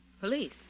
Police